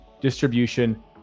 distribution